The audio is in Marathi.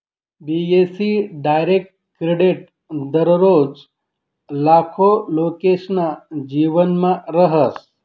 बी.ए.सी डायरेक्ट क्रेडिट दररोज लाखो लोकेसना जीवनमा रहास